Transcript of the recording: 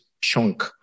chunk